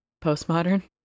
Postmodern